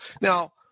Now